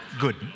Good